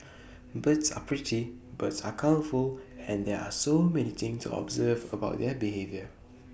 birds are pretty birds are colourful and there are so many things to observe about their behaviour